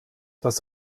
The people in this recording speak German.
dass